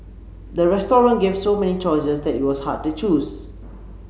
the restaurant gave so many choices that it was hard to choose